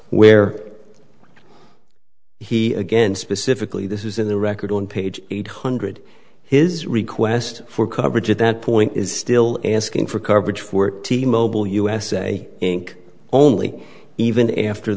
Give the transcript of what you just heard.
where he again specifically this is in the record on page eight hundred his request for coverage at that point is still asking for coverage for t mobile usa inc only even after